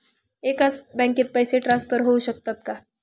एकाच बँकेत पैसे ट्रान्सफर होऊ शकतात का?